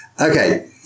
Okay